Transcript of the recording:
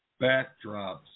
backdrops